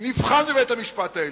אפילו נבחן בבית-המשפט העליון,